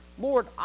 Lord